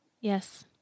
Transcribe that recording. Yes